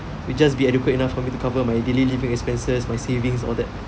will just be adequate enough for me to cover my daily living expenses my savings and all that